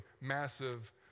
massive